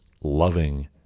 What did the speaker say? loving